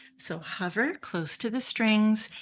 so hover close to the strings,